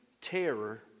terror